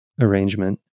arrangement